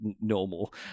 normal